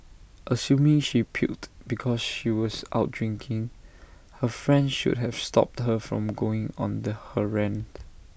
assuming she puked because she was out drinking her friend should have stopped her from going on her rant